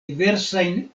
diversajn